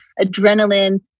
adrenaline